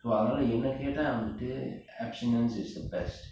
so அதுனால என்ன கேட்டா வந்துட்டு:athunaala enna kettaa vanthuttu abstinence is the best